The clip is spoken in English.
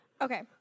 Okay